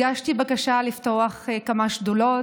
הגשתי בקשה לפתוח כמה שדולות,